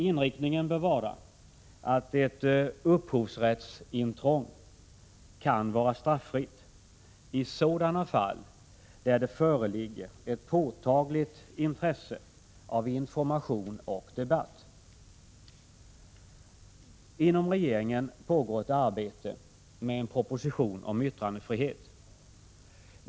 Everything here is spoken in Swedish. Inriktningen bör vara att ett upphovsrättsintrång kan vara straffritt i sådana fall där det föreligger ett påtagligt intresse av information och debatt. Inom regeringen pågår ett arbete med en proposition om yttrandefrihet.